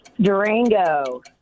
Durango